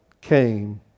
came